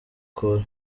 col